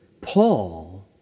Paul